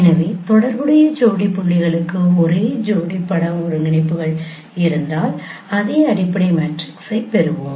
எனவே தொடர்புடைய ஜோடி புள்ளிகளுக்கு ஒரே ஜோடி பட ஒருங்கிணைப்புகள் இருந்தால் அதே அடிப்படை மேட்ரிக்ஸைப் பெறுவோம்